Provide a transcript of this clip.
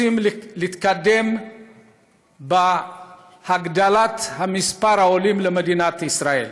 רוצים להתקדם בהגדלת מספר העולים למדינת ישראל.